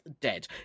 dead